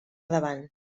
davant